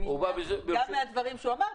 גם לפי הדברים שאמר,